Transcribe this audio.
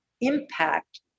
impact